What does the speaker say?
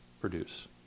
produce